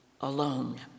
alone